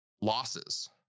losses